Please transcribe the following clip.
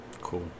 Cool